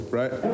right